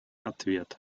ответ